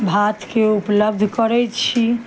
भातके उपलब्ध करय छी